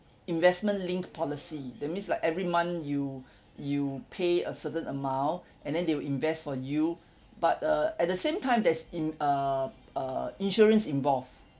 investment linked policy that means like every month you you pay a certain amount and then they will invest for you but uh at the same time there's in uh uh insurance involved